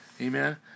Amen